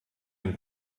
den